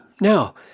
Now